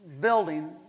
building